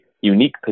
unique